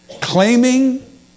claiming